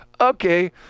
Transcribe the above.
okay